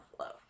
love